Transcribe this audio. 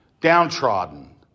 downtrodden